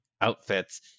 outfits